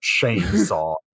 chainsaw